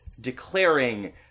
declaring